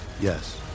Yes